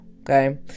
okay